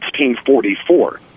1644